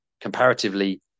comparatively